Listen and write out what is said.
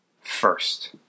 first